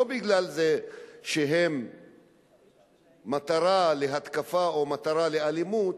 בגלל זה שהם מטרה להתקפה או מטרה לאלימות,